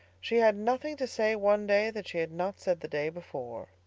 she had nothing to say one day that she had not said the day before.